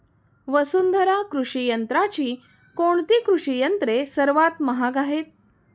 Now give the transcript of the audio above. वसुंधरा कृषी यंत्राची कोणती कृषी यंत्रे सर्वात महाग आहेत?